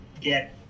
get